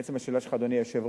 לעצם השאלה שלך, אדוני היושב-ראש,